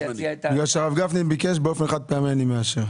בגלל שהרב גפני ביקש, באופן חד פעמי אני מאשר.